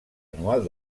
anual